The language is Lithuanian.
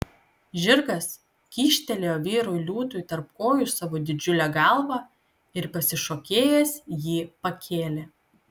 žirgas kyštelėjo vyrui liūtui tarp kojų savo didžiulę galvą ir pasišokėjęs jį pakėlė